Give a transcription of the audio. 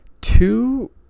two